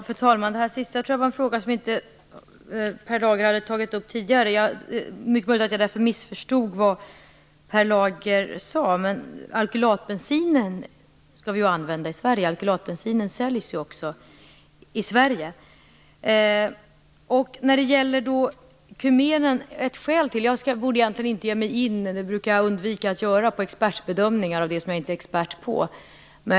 Fru talman! Det sista tror jag var en fråga som inte Per Lager tagit upp tidigare. Därför är det mycket möjligt att jag missförstod vad Per Lager sade. Alkylatbensinen skall vi ju använda i Sverige. Den säljs ju också i Sverige. Jag borde egentligen inte ge mig in på expertbedömningar när det gäller kumenet, jag brukar jag undvika att göra det i fråga om sådant som jag inte är expert på.